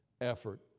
effort